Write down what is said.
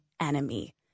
enemy